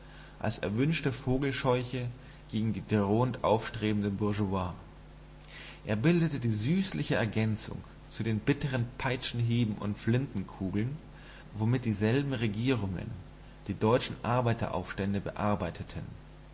als erwünschte vogelscheuche gegen die drohend aufstrebende bourgeoisie er bildete die süßliche ergänzung zu den bitteren peitschenhieben und flintenkugeln womit dieselben regierungen die deutschen arbeiteraufstände bearbeiteten